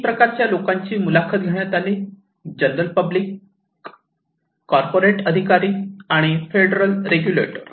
तीन प्रकारच्या लोकांची मुलाखत घेण्यात आली जनरल पब्लिक कॉर्पोरेट अधिकारी आणि फेडरल रेग्युलेटर